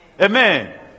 Amen